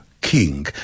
king